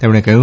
તેમણે કહ્યું